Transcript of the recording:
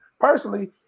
personally